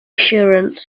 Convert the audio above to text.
assurance